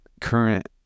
current